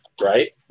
right